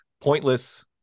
pointless